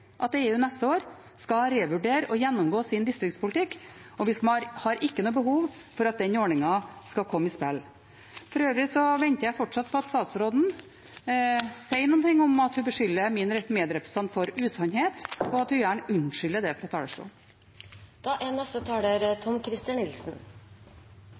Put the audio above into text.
har ikke noe behov for at den ordningen skal komme i spill. For øvrig venter jeg fortsatt på at statsråden sier noe om at hun beskylder min medrepresentant for usannhet, og at hun gjerne unnskylder det på talerstolen. Når en hører debatten i denne salen i dag, er